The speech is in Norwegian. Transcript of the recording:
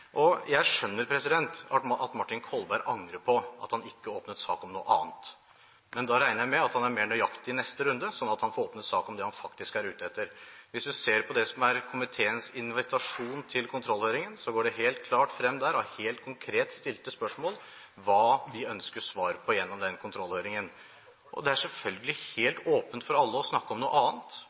nordområdelogistikk. Jeg skjønner at Martin Kolberg angrer på at han ikke åpnet sak om noe annet. Men da regner jeg med at han er mer nøyaktig i neste runde, sånn at han får åpnet sak om det han faktisk er ute etter. Hvis en ser på det som er komiteens invitasjon til kontrollhøringen, går det helt klart frem der, av helt konkret stilte spørsmål, hva vi ønsker svar på gjennom den kontrollhøringen. Det er selvfølgelig helt åpent for alle å snakke om noe annet,